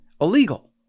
illegal